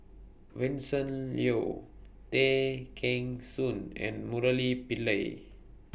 Vincent Leow Tay Kheng Soon and Murali Pillai